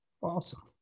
Awesome